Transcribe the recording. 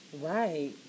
Right